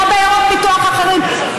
כמו בעיירות פיתוח אחרות.